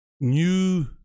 New